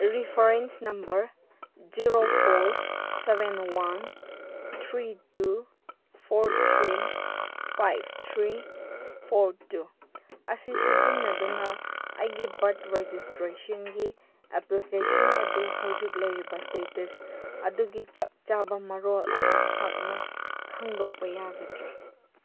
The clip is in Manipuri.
reference number zero four seven one three two four three five three four two ꯑꯁꯤ ꯁꯤꯖꯤꯟꯅꯗꯨꯅ ꯑꯩꯒꯤ ꯕꯥꯔꯠ ꯔꯦꯖꯤꯁꯇ꯭ꯔꯦꯁꯟꯒꯤ ꯑꯦꯄ꯭ꯂꯤꯀꯦꯁꯟ ꯑꯗꯨ ꯍꯧꯖꯤꯛ ꯂꯩꯔꯤꯕ ꯁ꯭ꯇꯦꯇꯁ ꯑꯗꯨꯒꯤ ꯆꯞ ꯆꯥꯕ ꯃꯔꯣꯜ ꯑꯃ ꯅꯍꯥꯛꯅ ꯈꯪꯗꯣꯛꯄ ꯌꯥꯒꯗ꯭ꯔꯥ